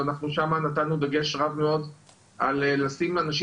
ואנחנו שם נתנו דגש רב מאוד על לשים אנשים